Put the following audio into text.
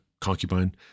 concubine